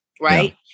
right